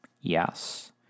Yes